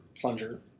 plunger